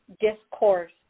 discourse